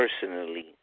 personally